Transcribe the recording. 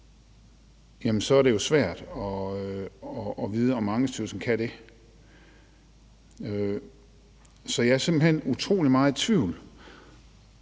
så er det jo svært at vide, om Ankestyrelsen kan det. Så jeg er simpelt hen utrolig meget i tvivl